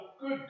good